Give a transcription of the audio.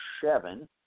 seven